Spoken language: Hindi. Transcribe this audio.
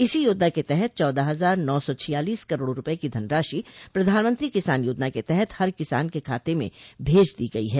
इसी योजना के तहत चौदह हजार नौ सौ छियालीस करोड़ रुपये की धनराशि प्रधानमंत्री किसान योजना के तहत हर किसान के खाते में भेज दी गयी है